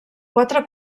quatre